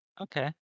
Okay